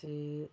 ते